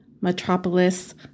metropolis